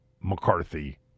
McCarthy